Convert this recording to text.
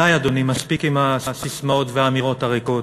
די, אדוני, מספיק עם הססמאות והאמירות הריקות.